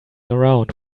around